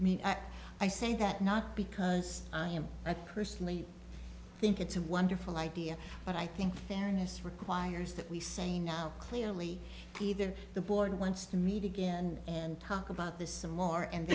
me i say that not because i am i personally think it's a wonderful idea but i think fairness requires that we say no clearly either the board wants to meet again and talk about this some more and